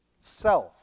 self